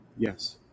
Yes